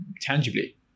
tangibly